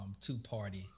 two-party